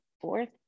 fourth